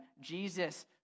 jesus